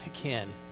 again